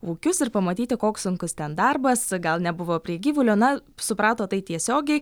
ūkius ir pamatyti koks sunkus ten darbas gal nebuvo prie gyvulio na suprato tai tiesiogiai